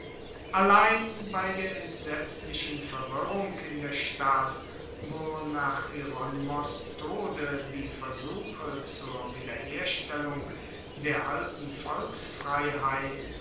allein bei der entsetzlichen verwirrung in der stadt wo nach hieronymos tode die versuche zur wiederherstellung der alten